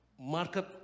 market